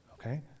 okay